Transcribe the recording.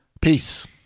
peace